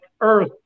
Earth